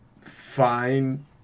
fine